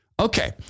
Okay